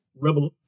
rebel